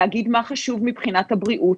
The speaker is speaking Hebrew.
להגיד מה חשוב מבחינת הבריאות,